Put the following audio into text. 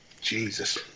Jesus